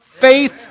faith